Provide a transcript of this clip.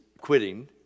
quitting